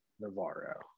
Navarro